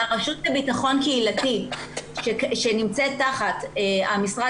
הרשות לביטחון קהילתי שנמצאת תחת המשרד